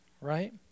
right